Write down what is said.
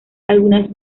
algunas